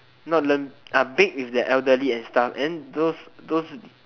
not learn ah bake with the elderly and stuff and then those those